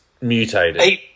mutated